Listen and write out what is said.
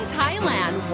Thailand